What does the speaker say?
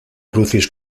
crucis